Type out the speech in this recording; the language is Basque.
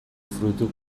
fruitu